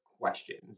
questions